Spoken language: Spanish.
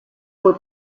fue